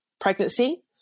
pregnancy